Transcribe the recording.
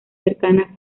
cercana